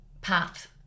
path